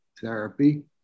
Therapy